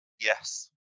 Yes